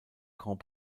grand